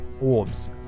orbs